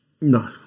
No